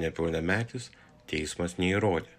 nepilnametis teismas neįrodė